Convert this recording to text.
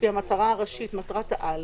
מטרת העל,